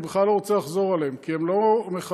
אני בכלל לא רוצה לחזור עליהם, כי הם לא מכבדים